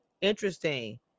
interesting